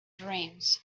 dreams